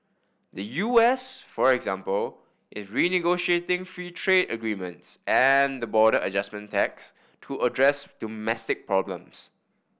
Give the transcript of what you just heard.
the U S for example is renegotiating free trade agreements and the border adjustment tax to address domestic problems